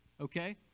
Okay